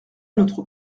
notre